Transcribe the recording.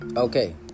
Okay